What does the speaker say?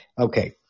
Okay